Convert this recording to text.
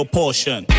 portion